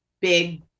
big